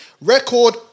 Record